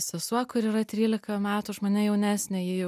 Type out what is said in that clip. sesuo kur yra trylika metų už mane jaunesnė ji